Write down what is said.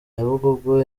nyabugogo